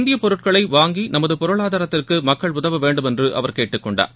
இந்திய பொருட்களை வாங்கி நமது பொருளாதாரத்திற்கு மக்கள் உதவ வேண்டுமென்று அவர் கேட்டுக்கொண்டார்